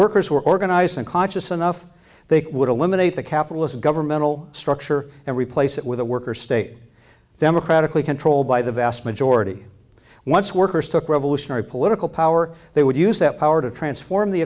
workers were organizing conscious enough they would eliminate the capitalist governmental structure and replace it with a worker state democratically controlled by the vast majority once workers took revolutionary political power they would use that power to transform the